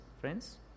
friends